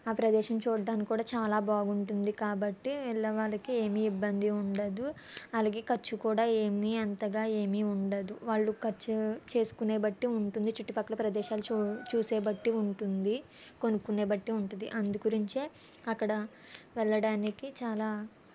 ఆ ప్రదేశం చూడ్డానికి కూడా చాలా బాగుంటుంది కాబట్టి ఎళ్ళేవాళ్ళకి ఏమీ ఇబ్బంది ఉండదు అలాగే ఖర్చు కూడా ఏమీ అంతగా ఏమీ ఉండదు వాళ్ళు ఖర్చు చేసుకునే బట్టి ఉంటుంది చుట్టుపక్కల ప్రదేశాలు చూడ చూసే బట్టి ఉంటుంది కొనుక్కునే బట్టి ఉంటుంది అందు గురించే అక్కడ వెళ్ళడానికి చాలా